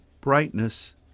brightness